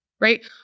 right